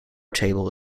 table